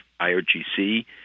IRGC